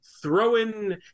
throwing